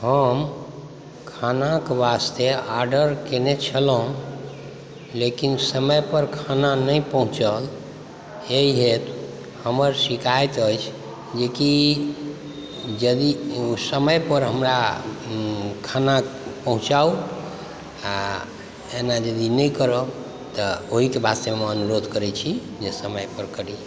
हम खानाके वास्ते ऑर्डर केने छलहुँ लेकिन समय पर खाना नहि पहुँचल हैं ई हमर शिकायत अछि जे कि यदि समय पर हमरा खाना पहुँचाउ आ एना यदि नहि करब तऽ ओहिके वास्ते हम अनुरोध करै छी जे समय पर करी